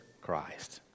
Christ